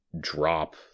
drop